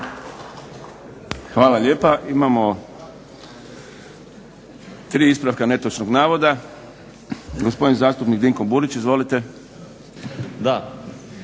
Hvala lijepa. Imamo tri ispravka netočnog navoda. Gospodin zastupnik Dinko Burić. Izvolite.